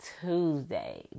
Tuesday